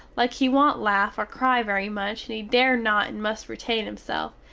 like he want laugh or cry very much and he dare not and must retain himself,